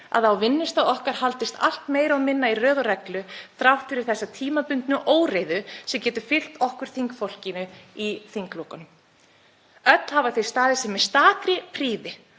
að á vinnustað okkar haldist allt meira og minna í röð og reglu þrátt fyrir þessa tímabundnu óreiðu sem getur fylgt okkur þingfólkinu í þinglokunum. Öll hafa þau staðið sig með stakri prýði